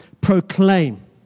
proclaim